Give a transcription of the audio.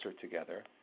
together